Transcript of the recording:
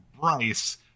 Bryce